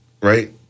right